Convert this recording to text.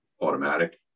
automatic